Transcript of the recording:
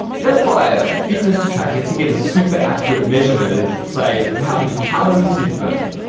you don't buy a fitness tracker to get a super accurate measurement of, say, how many calories you've burned.